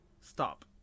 Stop